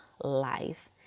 life